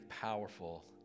powerful